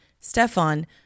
Stefan